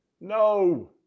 No